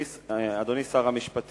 אנחנו צריכים